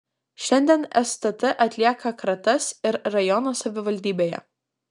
šiandien stt atlieka kratas ir rajono savivaldybėje